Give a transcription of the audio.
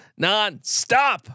nonstop